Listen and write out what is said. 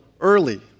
early